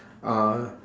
uh